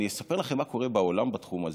אני אספר לכם מה קורה בעולם בתחום הזה,